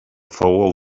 fou